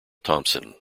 thompson